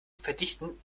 verdichten